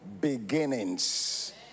Beginnings